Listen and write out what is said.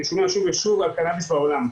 אני שומע שוב ושוב על קנאביס בעולם.